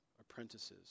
apprentices